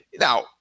Now